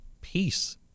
peace